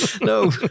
No